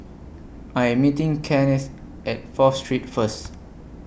I Am meeting Kennith At Fourth Street First